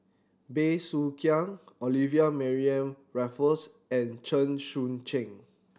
Bey Soo Khiang Olivia Mariamne Raffles and Chen Sucheng